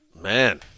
Man